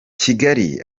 kigali